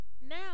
now